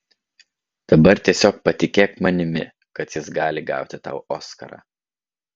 dabar tiesiog patikėk manimi kad jis gali gauti tau oskarą